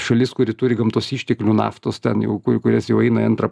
šalis kuri turi gamtos išteklių naftos ten jau ku kurias jau eina į antrą